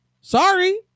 Sorry